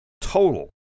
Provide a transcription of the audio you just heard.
total